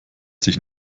sich